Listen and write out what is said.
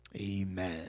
Amen